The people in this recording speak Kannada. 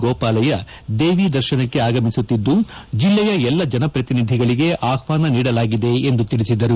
ಗೋಪಾಲಯ್ಯ ದೇವಿ ದರ್ಶನಕ್ಕೆ ಆಗಮಿಸುತ್ತಿದ್ದು ಜಿಲ್ಲೆಯ ಎಲ್ಲಾ ಜನಪ್ರತಿನಿಧಿಗಳಿಗೆ ಆಹ್ವಾನ ನೀಡಲಾಗಿದೆ ಎಂದು ತಿಳಿಸಿದರು